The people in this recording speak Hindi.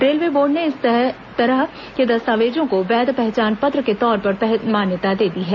रेलवे बोर्ड ने इस तरह के दस्तावेजों को वैध पहचान पत्र के तौर पर मान्यता दे दी है